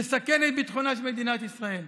יסכן את ביטחונה של מדינת ישראל.